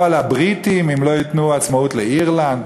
או על הבריטים, אם לא ייתנו עצמאות לאירלנד?